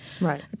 Right